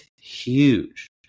huge